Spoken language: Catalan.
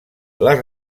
les